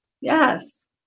Yes